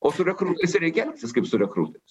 o su rekrūtais reikia elgtis kaip su rekrūtais